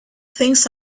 things